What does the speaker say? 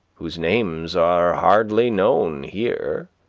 whose names are hardly known here.